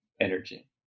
energy